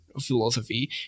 philosophy